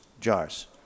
jars